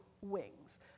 wings